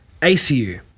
ACU